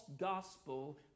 gospel